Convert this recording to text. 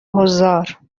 حضار